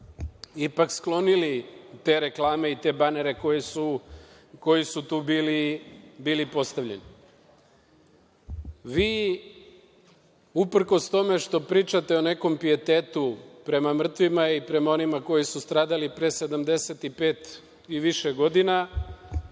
ipak sklonili te reklame i te banere koji su tu bili postavljeni. Uprkos tome što pričate o nekom pijetetu prema mrtvima i prema onima koji su stradali pre 75 i više godina,